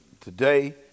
today